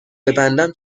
ببندم